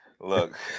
Look